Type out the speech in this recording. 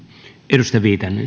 arvoisa